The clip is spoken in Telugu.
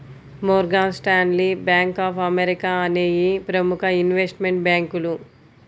Morgan Stanley, Bank of America అనేయ్యి ప్రముఖ ఇన్వెస్ట్మెంట్ బ్యేంకులు